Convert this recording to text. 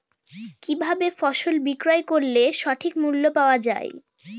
কি ভাবে ফসল বিক্রয় করলে সঠিক মূল্য পাওয়া য়ায়?